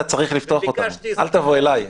אתה צריך לפתוח אותם, אל תבוא אלי.